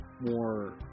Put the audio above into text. more